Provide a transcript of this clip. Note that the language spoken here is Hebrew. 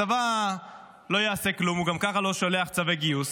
הצבא לא יעשה כלום, הוא גם ככה לא שולח צווי גיוס,